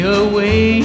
away